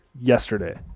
yesterday